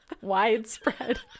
widespread